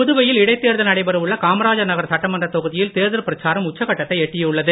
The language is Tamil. புதுவையில் இடைத்தேர்தல் நடைபெற உள்ள காமராஜர் நகர் தொகுதியில் தேர்தல் பிரச்சாரம் உச்சக்கட்டத்தை சட்டமன்றக் எட்டியுள்ளது